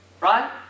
right